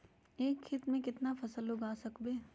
एक खेत मे केतना फसल उगाय सकबै?